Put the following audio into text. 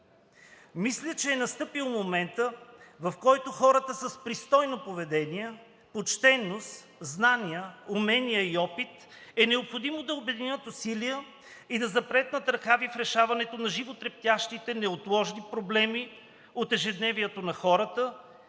Мисля, че е настъпил моментът, в който хората с пристойно поведение, почтеност, знания, умения и опит е необходимо да обединят усилия и да запретнат ръкави в решаването на животрептящите, неотложни проблеми от ежедневието на хората,